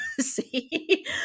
see